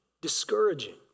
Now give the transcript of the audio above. discouraging